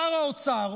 שר האוצר,